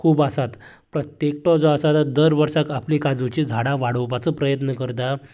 खूब आसात प्रत्येकटो जो आसा तो दर वर्साक आपली काजूची झाडां वाडोवपाचो प्रयत्न करता